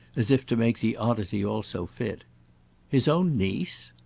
as if to make the oddity also fit his own niece?